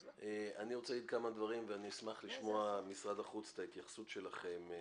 אני רוצה להגיד כמה דברים ואני אשמח לשמוע משרד החוץ את ההתייחסות שלכם,